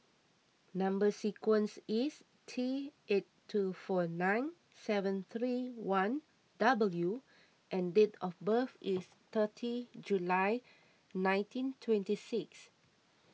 Number Sequence is T eight two four nine seven three one W and date of birth is thirty July nineteen twenty six